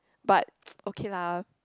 but okay lah